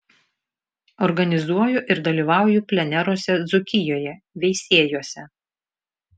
organizuoju ir dalyvauju pleneruose dzūkijoje veisiejuose